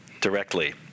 directly